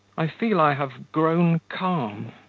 i feel i have grown calm